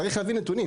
צריך להביא נתונים.